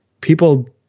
people